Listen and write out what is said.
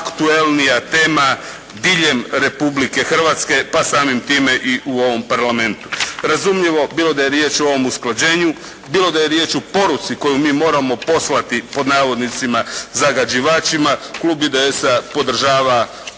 aktuelnija tema diljem Republike Hrvatske pa samim time i u ovom parlamentu. Razumljivo, bilo da je riječ o ovom usklađenju, bilo da je riječ o poruci koju mi moramo poslati "zagađivačima" klub IDS-a podržava ovaj